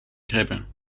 kribbe